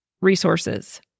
resources